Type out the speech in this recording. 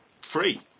free